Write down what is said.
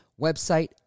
website